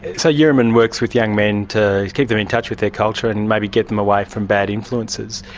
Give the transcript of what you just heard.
so yiriman works with young men to keep them in touch with their culture and maybe get them away from bad influences.